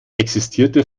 existierte